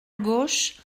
gauche